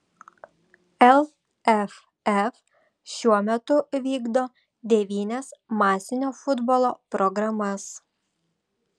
lff šiuo metu vykdo devynias masinio futbolo programas